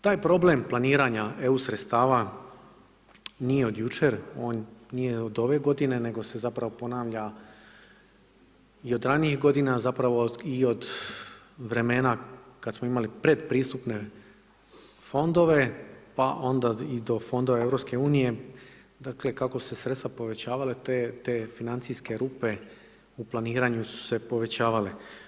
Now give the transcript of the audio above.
Taj problem planiranja EU sredstava, nije od jučer, on nije od ove g. nego se zapravo ponavlja i od ranijih godina, zapravo i od vremena kada smo imali pretpristupne fondove, pa i onda i do fondova EU, dakle, kako su se sredstva povećavale, te financijske rupe, u planiranju su se povećavali.